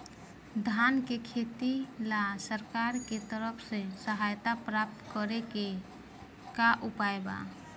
धान के खेती ला सरकार के तरफ से सहायता प्राप्त करें के का उपाय बा?